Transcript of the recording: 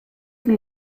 been